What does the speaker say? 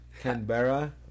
Canberra